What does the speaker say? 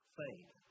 faith